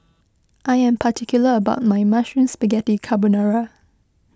I am particular about my Mushroom Spaghetti Carbonara